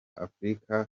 afrika